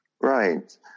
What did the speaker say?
Right